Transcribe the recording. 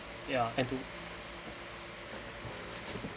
yeah and to